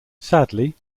sadly